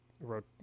wrote